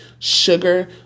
Sugar